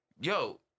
Yo